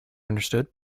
understood